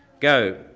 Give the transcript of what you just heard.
Go